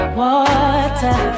water